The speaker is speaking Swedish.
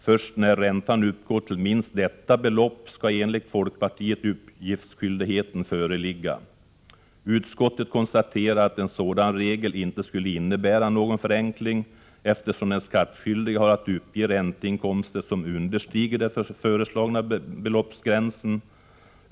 Först när räntan uppgår till minst detta belopp skall enligt folkpartiet uppgiftsskyldighet föreligga. Utskottet konstaterar att en sådan regel inte skulle innebära någon förenkling, eftersom den skattskyldige har att uppge ränteinkomster som understiger den föreslagna beloppsgränsen.